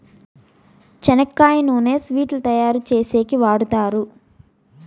చెనక్కాయ నూనెను స్వీట్లు తయారు చేసేకి వాడుతారు